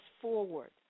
forward